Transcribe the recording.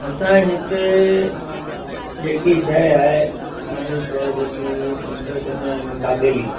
असांजे हिते जेकी शइ आहे खइण जी शइ जेकी पंहिंजो चवंदा आहिनि दाबेली